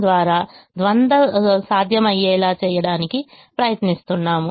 ద్వారా ద్వంద్వ సాధ్యమయ్యేలా చేయడానికి ప్రయత్నిస్తున్నాము